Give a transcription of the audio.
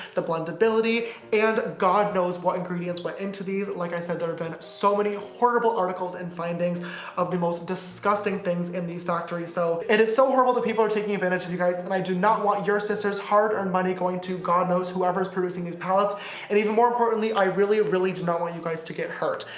the blendability and god knows what ingredients went into these. like i said there have been so many ah horrible articles and findings of the most disgusting things in these factories. so it is so horrible that people are taking advantage of you guys i do not want your sisters hard-earned money going to god knows whoever's producing these palettes and even more importantly i really really do not want you guys to get hurt.